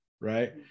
right